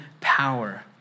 power